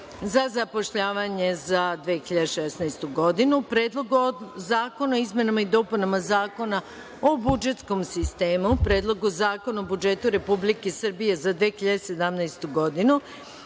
za zapošljavanje za 2016. godinu, Predlogu zakona o izmenama i dopunama Zakona o budžetskom sistemu, Predlogu zakona o budžetu Republike Srbije za 2017. godinu